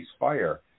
Ceasefire